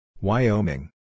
Wyoming